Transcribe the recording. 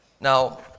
Now